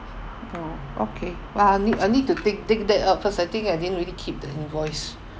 oh okay but I'll need I'll need to dig dig that up first I think I didn't really keep the invoice